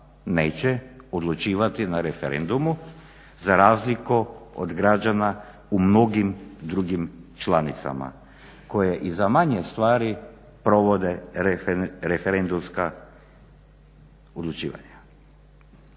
neće odlučivati na referendumu za razliku od građana u mnogim drugim članicama koje i za manje stvari provode referendumska odlučivanja.